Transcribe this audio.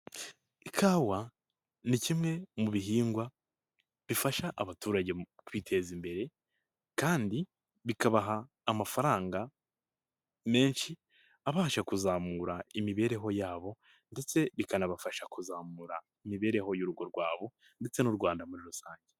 Ikawa ni kimwe mu bihingwa bifasha abaturage: mu kwiteza imbere kandi bikabaha amafaranga menshi, abasha kuzamura imibereho yabo ndetse bikanabafasha kuzamura imibereho y'urugo rwabo ndetse n'u Rwanda muri rusange.